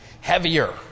heavier